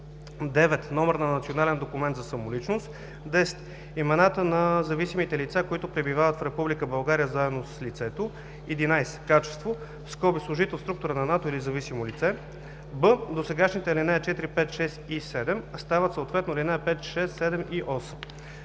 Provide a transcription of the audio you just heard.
9. номер на национален документ за самоличност; 10. имената на зависимите лица, които пребивават в Република България заедно с лицето; 11. качество (служител в структура на НАТО или зависимо лице).“; б) досегашните ал. 4, 5, 6 и 7 стават съответно ал. 5, 6, 7 и 8.“